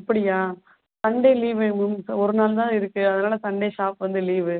இப்படியா சன்டே லீவுங்க மேம் ஒரு நாள் தான் இருக்குது அதனால் சன்டே ஷாப் வந்து லீவு